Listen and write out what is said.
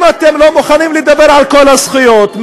אם אתם לא מוכנים לדבר על כל הזכויות,